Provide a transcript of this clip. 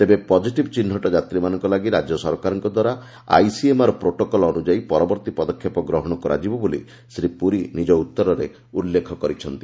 ତେବେ ପଟ୍ଟିଟିଭ୍ ଚିହ୍ନଟ ଯାତ୍ରୀମାନଙ୍କ ଲାଗି ରାଜ୍ୟ ସରକାରଙ୍କ ଦ୍ୱାରା ଆଇସିଏମ୍ଆର୍ ପ୍ରୋଟୋକଲ୍ ଅନୁଯାୟୀ ପରବର୍ତ୍ତୀ ପଦକ୍ଷେପ ଗ୍ରହଣ କରାଯିବ ବୋଲି ଶ୍ରୀ ପୁରୀ ନିଜ ଉତ୍ତରରେ ଉଲ୍ଲେଖ କରିଛନ୍ତି